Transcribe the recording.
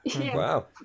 Wow